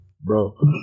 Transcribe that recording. Bro